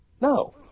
No